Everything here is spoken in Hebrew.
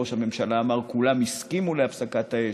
ראש הממשלה אמר: כולם הסכימו להפסקת האש.